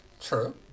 true